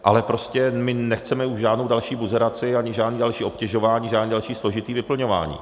Ale prostě my nechceme už žádnou další buzeraci ani žádné další obtěžování, žádné další složité vyplňování.